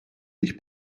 sich